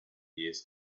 years